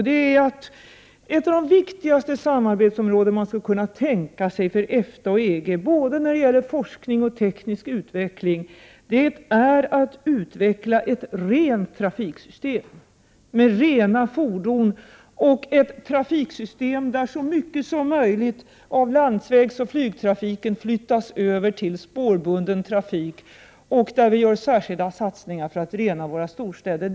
Det är att ett av de viktigaste samarbetsområden man skulle kunna tänka sig för EFTA och EG, både när det gäller forskning och teknisk utveckling, är att utveckla ett rent trafiksystem — ett trafiksystem med rena fordon och så mycket som möjligt av landsvägsoch flygtrafiken överflyttat till spårbunden trafik — samt att vi gör särskilda satsningar för att rena våra storstäder.